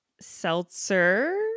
seltzer